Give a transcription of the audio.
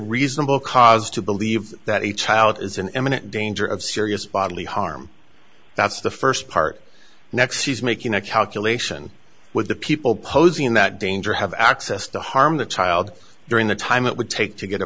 reasonable cause to believe that a child is in imminent danger of serious bodily harm that's the first part next she's making a calculation with the people posing that danger have access to harm the child during the time it would take to get a